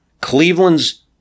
Cleveland's